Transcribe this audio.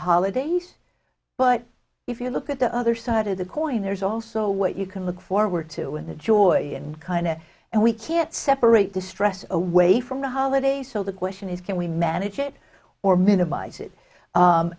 holidays but if you look at the other side of the coin there's also what you can look forward to and the joy and kind and we can't separate distress away from the holidays so the question is can we manage it or minimize it